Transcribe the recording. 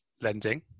lending